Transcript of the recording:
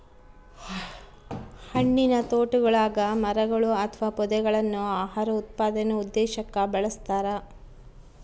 ಹಣ್ಣಿನತೋಟಗುಳಗ ಮರಗಳು ಅಥವಾ ಪೊದೆಗಳನ್ನು ಆಹಾರ ಉತ್ಪಾದನೆ ಉದ್ದೇಶಕ್ಕ ಬೆಳಸ್ತರ